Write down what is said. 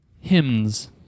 hymns